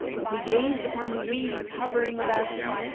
as he gazed upon his bees hovering about him,